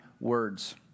words